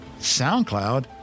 SoundCloud